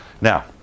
Now